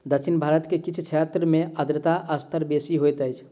दक्षिण भारत के किछ क्षेत्र में आर्द्रता स्तर बेसी होइत अछि